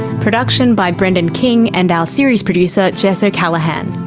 production by brendan king and our series producer jess o'callaghan,